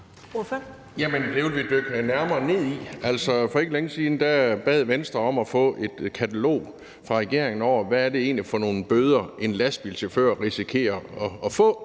For ikke længe siden bad Venstre om at få et katalog fra regeringen over, hvad det egentlig er for nogle bøder, en lastbilchauffør risikerer at få